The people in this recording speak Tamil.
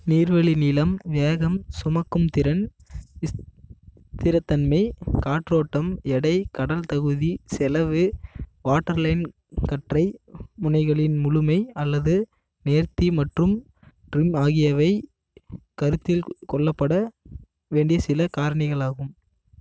நீர்வழி நீளம் வேகம் சுமக்கும் திறன் ஸ்திரத்தன்மை காற்றோட்டம் எடை கடல் தகுதி செலவு வாட்டர்லைன் கற்றை முனைகளின் முழுமை அல்லது நேர்த்தி மற்றும் ட்ரிம் ஆகியவை கருத்தில் கொள்ளப்பட வேண்டிய சில காரணிகளாகும்